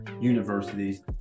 universities